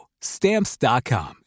stamps.com